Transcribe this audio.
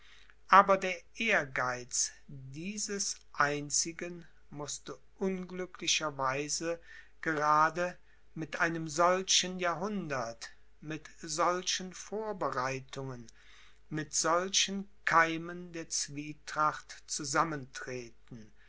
aber der ehrgeiz dieses einzigen mußte unglücklicherweise gerade mit einem solchen jahrhundert mit solchen vorbereitungen mit solchen keimen der zwietracht zusammentreten